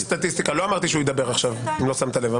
לא אמרתי שהוא ידבר עכשיו, אם לא שמת לב.